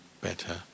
better